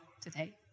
today